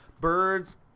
birds